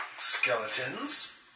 Skeletons